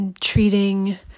treating